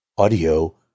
Audio